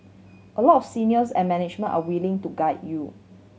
a lot of seniors and management are willing to guide you